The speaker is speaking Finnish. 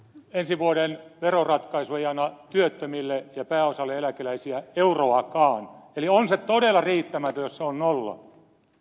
ensi vuoden veroratkaisu ei anna työttömille ja pääosalle eläkeläisiä euroakaan eli on se todella riittämätön jos se on nolla